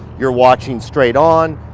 you're watching straight on,